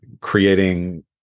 creating